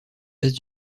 place